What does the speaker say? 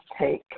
take